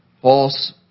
False